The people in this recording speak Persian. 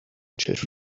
چشم